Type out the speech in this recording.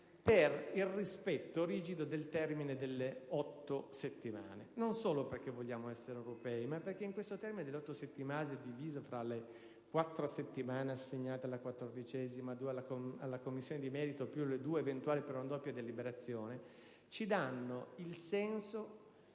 il rispetto rigido del termine delle otto settimane, non solo perché vogliamo essere europei, ma perché il rispetto del termine di otto settimane (divise fra quattro settimane assegnate alla 14ª Commissione, due alla Commissione di merito ed altre due, eventuali, per una doppia deliberazione) ci dà la